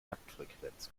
taktfrequenz